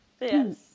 Yes